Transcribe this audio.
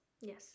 Yes